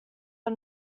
are